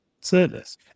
service